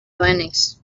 vainīgs